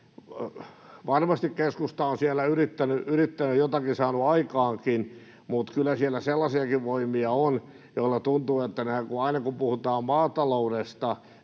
varmasti keskusta on yrittänyt ja jotakin saanut aikaankin, mutta kyllä siellä sellaisiakin voimia on, että aina kun puhutaan maataloudesta,